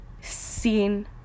seen